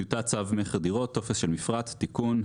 טיוטת צו מכר דירות (טופס של מפרט) (תיקון),